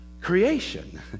creation